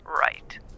right